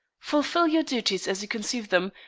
fulfil your duties as you conceive them,